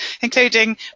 including